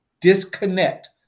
Disconnect